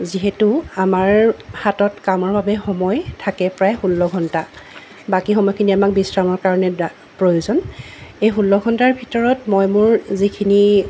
যিহেতু আমাৰ হাতত কামৰ বাবে সময় থাকে প্ৰায় ষোল্ল ঘণ্টা বাকী সময়খিনি আমাক বিশ্ৰামৰ কাৰণে দা প্ৰয়োজন এই ষোল্ল ঘণ্টাৰ ভিতৰত মই মোৰ যিখিনি